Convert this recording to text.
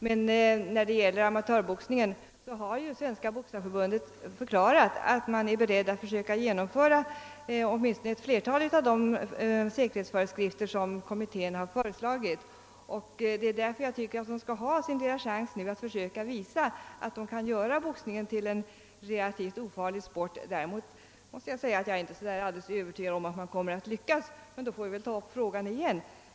Men i fråga om amatörboxningen har Svenska boxningsförbundet förklarat att man är beredd att försöka genomföra åtminstone ett flertal av de säkerhetsföreskrifter som kommittén föreslagit. Det är därför jag tycker att boxningsförbundet nu borde få sin lilla chans att visa, att man kan göra boxningen till en relativt ofarlig sport. Däremot måste jag säga att jag inte är så där övertygad om att man kommer att lyckas. Om så inte blir fallet får vi väl ta upp frågan igen.